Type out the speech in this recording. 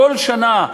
כל שנה,